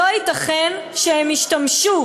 לא ייתכן שהם ישתמשו